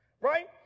right